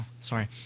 sorry